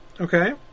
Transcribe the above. Okay